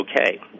okay